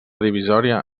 divisòria